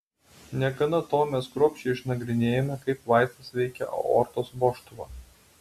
negana to mes kruopščiai išnagrinėjome kaip vaistas veikia aortos vožtuvą